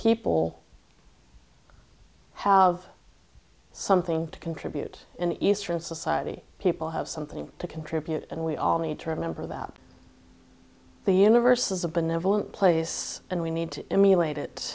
people have something to contribute in eastern society people have something to contribute and we all need to remember that the universe is a benevolent place and we need to emulate it